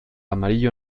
amarillo